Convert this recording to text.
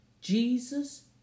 Jesus